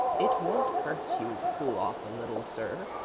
it won't hurt you to cool off a little, sir,